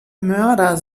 mörder